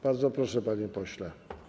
Bardzo proszę, panie pośle.